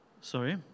Sorry